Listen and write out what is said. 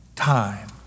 Time